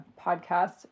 podcast